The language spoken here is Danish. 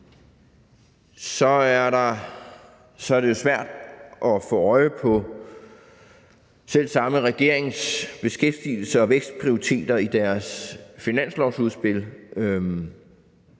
Det er jo svært at få øje på selv samme regeringens beskæftigelses- og vækstprioriteter i dens finanslovsudspil.